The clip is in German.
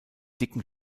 dicken